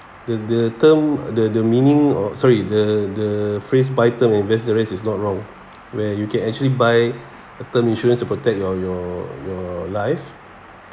the the term the the meaning or sorry the the phrase buy term and invest the rest is not wrong where you can actually buy a term insurance to protect your your your life